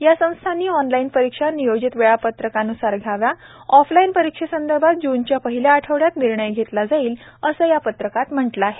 या संस्थांनी ऑनलाईन परीक्षा नियोजित वेळापत्रकान्सार घ्याव्यात ऑफलाईन परीक्षेसंदर्भात जूनच्या पहिल्या आठवड्यात निर्णय घेतला जाईल असं या पत्रात म्हटलं आहे